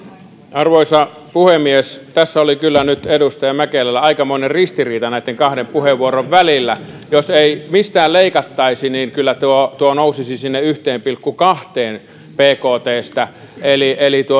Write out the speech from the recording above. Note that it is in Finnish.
arvoisa puhemies tässä oli kyllä nyt edustaja mäkelällä aikamoinen ristiriita näitten kahden puheenvuoron välillä jos ei mistään leikattaisi niin kyllä tuo tuo nousisi sinne yhteen pilkku kahteen bktsta eli eli